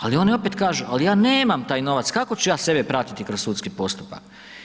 Ali oni opet kažu ali ja nemam taj novac, kako ću ja sebe pratiti kroz sudski postupak.